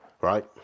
right